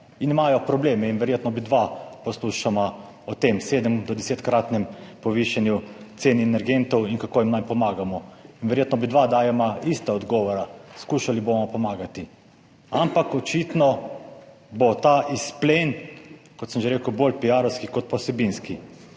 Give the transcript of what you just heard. imajo probleme. Verjetno oba poslušava o tem sedem do desetkratnem povišanju cen energentov in kako jim naj pomagamo. Verjetno oba dajeva iste odgovore, poskušali bomo pomagati, ampak očitno bo ta izplen, kot sem že rekel, bolj piarovski kot pa vsebinski.